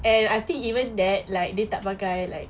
and I think even that likely type guy like